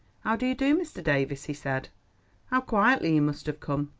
how do you do, mr. davies? he said how quietly you must have come.